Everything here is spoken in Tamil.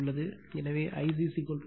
எனவே Ic 6